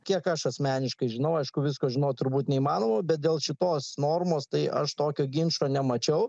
kiek aš asmeniškai žinau aišku visko žinot turbūt neįmanoma bet dėl šitos normos tai aš tokio ginčo nemačiau